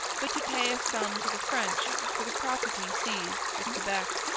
but to pay a sum to the french for the property seized at quebec.